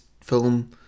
film